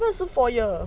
不是 four year